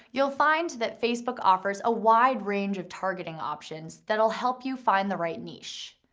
you'll find that facebook offers a wide range of targeting options that'll help you find the right niche.